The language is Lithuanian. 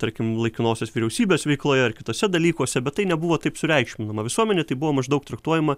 tarkim laikinosios vyriausybės veikloje ar kituose dalykuose bet tai nebuvo taip sureikšminama visuomenėj tai buvo maždaug traktuojama